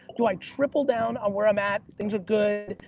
do i triple down on where i'm at? things are good.